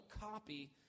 copy